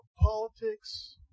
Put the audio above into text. politics